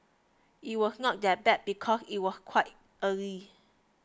it was not that bad because it was quite early